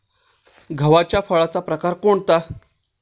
गव्हाच्या फळाचा प्रकार कोणता?